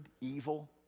evil